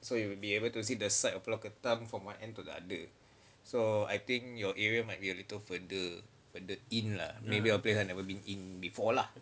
so you would be able to see the side of pulau ketam from one end to the other so I think your area might be a little further further in lah maybe a place I've never been in before lah